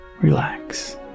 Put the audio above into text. relax